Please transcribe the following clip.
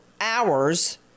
hours